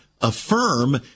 affirm